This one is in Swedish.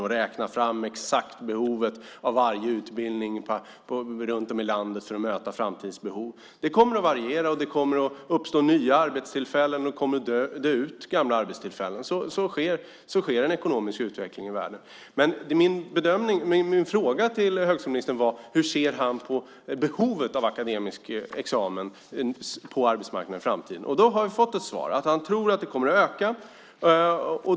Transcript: Man kan inte exakt räkna fram behovet av varje utbildning runt om i landet för att möta framtidens behov. Det kommer att variera, det kommer att uppstå nya arbetstillfällen och gamla arbetstillfällen kommer att dö ut. Så sker en ekonomisk utveckling i världen. Min fråga till högskoleministern var: Hur ser han på behovet av akademisk examen på arbetsmarknaden i framtiden? Nu har vi fått ett svar. Han tror att det kommer att öka.